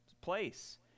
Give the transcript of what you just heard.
place